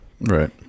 Right